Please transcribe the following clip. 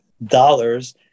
Dollars